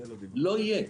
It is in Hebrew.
לא יהיה.